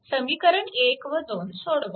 तर समीकरण 1 व 2 सोडवा